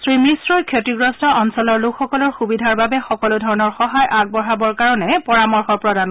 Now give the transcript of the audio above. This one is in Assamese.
শ্ৰী মিশ্ৰই ক্ষতিগ্ৰস্ত অঞ্চলৰ লোকসকলৰ সূবিধাৰ বাবে সকলো ধৰণৰ সহায় আগবঢ়াবৰ বাবে পৰামৰ্শ দিয়ে